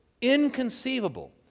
inconceivable